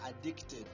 addicted